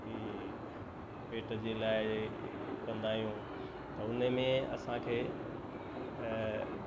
हीअ पेट जे लाइ कंदा आहियूं उनमें असांखे